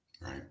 Right